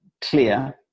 clear